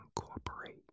incorporate